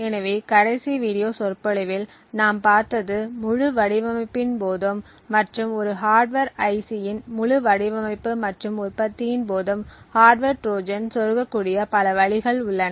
எனவே கடைசி வீடியோ சொற்பொழிவில் நாம் பார்த்தது முழு வடிவமைப்பின் போதும் மற்றும் ஒரு ஹார்ட்வர் ஐசியின் முழு வடிவமைப்பு மற்றும் உற்பத்தியின் போதும் ஹார்ட்வர் ட்ரோஜன் சொருக கூடிய பல வழிகள் உள்ளன